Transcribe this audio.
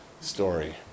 story